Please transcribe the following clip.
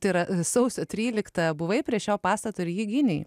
tai yra sausio tryliktą buvai prie šio pastato ir jį gynei